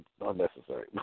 unnecessary